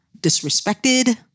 disrespected